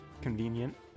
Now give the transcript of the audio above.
convenient